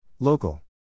Local